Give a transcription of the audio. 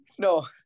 No